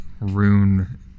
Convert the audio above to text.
rune